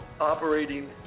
operating